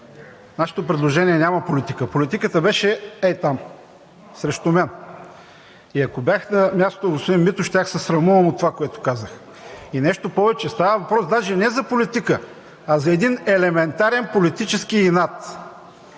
нашето предложение няма политика. Политиката беше ей там срещу мен и ако бях на мястото на господин Митов, щях да се срамувам от това, което казах. Нещо повече, става въпрос даже не за политика, а за един елементарен политически инат